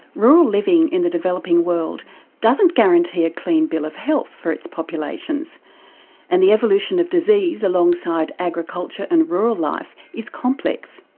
rural living in the developing world doesn't guarantee a clean bill of health for its populations and the evolution of disease alongside agriculture and rural life is complex.